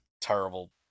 terrible